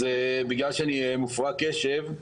אז בגלל שאני מופרע קשב,